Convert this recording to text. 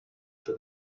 for